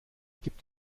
gibt